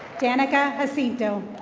danica hacito.